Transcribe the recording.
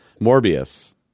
Morbius